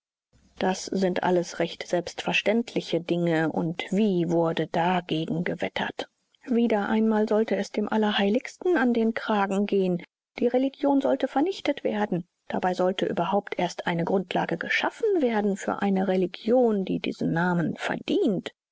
das sind alles recht selbstverständliche dinge und wie wurde dagegen gewettert wieder einmal sollte es dem allerheiligsten an den kragen gehen die religion sollte vernichtet werden dabei sollte überhaupt erst eine grundlage geschaffen werden für eine religion die diesen namen verdient